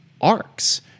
arcs